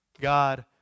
God